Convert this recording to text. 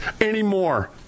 anymore